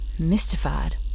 mystified